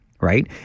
right